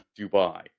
Dubai